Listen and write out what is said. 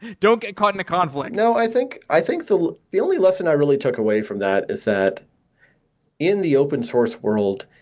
don't get caught in a conflict. no, i think i think so the only lesson i really took away from that is that in the open source world,